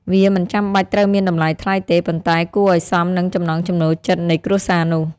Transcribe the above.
វាមិនចាំបាច់ត្រូវមានតម្លៃថ្លៃទេ ប៉ុន្តែគួរអោយសមនឹងចំណង់ចំណូលចិត្តនៃគ្រួសារនោះ។